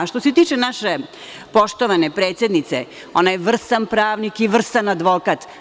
Što se tiče naše poštovane predsednice, ona je vrstan pravnik i vrstan advokat.